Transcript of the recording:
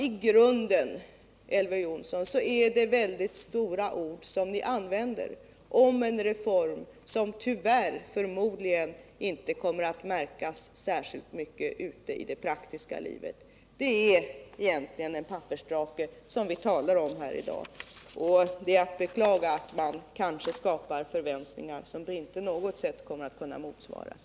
I grunden, Elver Jonsson, använder ni väldigt stora ord om en reform, som tyvärr förmodligen inte kommer att märkas särskilt mycket ute i det praktiska livet. Det är egentligen en pappersdrake, som vi i dag talar om. Det är att beklaga att man skapar förväntningar, som inte på något sätt kommer att kunna infrias.